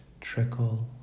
trickle